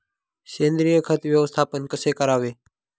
सेंद्रिय खत व्यवस्थापन कसे करावे?